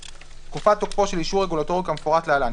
(1)תקופת תוקפו של אישור רגולטורי כמפורט להלן,